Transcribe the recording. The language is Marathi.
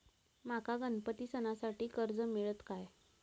माका गणपती सणासाठी कर्ज मिळत काय?